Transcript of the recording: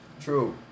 True